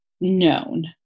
known